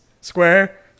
Square